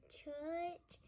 church